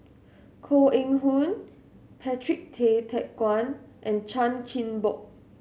Koh Eng Hoon Patrick Tay Teck Guan and Chan Chin Bock